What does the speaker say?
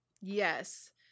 yes